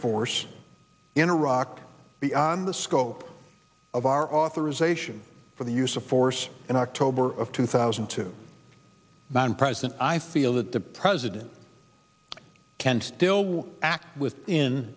force in iraq beyond the scope of our authorization for the use of force in october of two thousand to ban president i feel that the president can still act with in